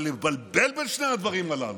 אבל לבלבל בין שני הדברים הללו,